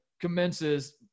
Commences